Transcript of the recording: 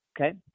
Okay